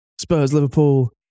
Spurs-Liverpool